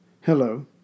Hello